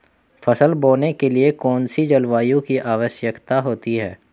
फसल बोने के लिए कौन सी जलवायु की आवश्यकता होती है?